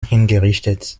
hingerichtet